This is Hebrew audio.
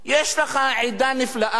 יש לך עדה נפלאה,